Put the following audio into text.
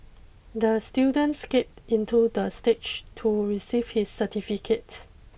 the student skate into the stage to receive his certificate